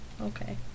okay